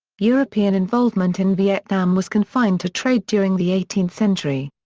european involvement in vietnam was confined to trade during the eighteenth century.